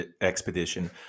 expedition